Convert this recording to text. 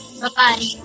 Bye-bye